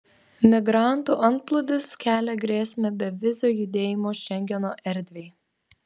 migrantų antplūdis kelia grėsmę bevizio judėjimo šengeno erdvei